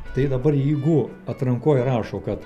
tai dabar jeigu atrankoj rašo kad